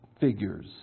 figures